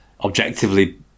objectively